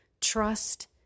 trust